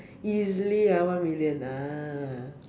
easily ah one million ah